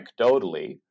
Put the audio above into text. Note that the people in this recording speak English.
anecdotally